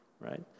right